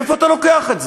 מאיפה אתה לוקח את זה?